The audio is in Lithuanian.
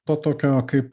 to tokio kaip